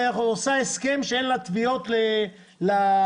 ועושה הסכם שאין לה תביעות לאב.